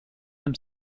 them